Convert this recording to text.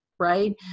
right